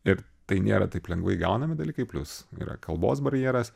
ir tai nėra taip lengvai gaunami dalykai plius yra kalbos barjeras